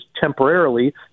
temporarily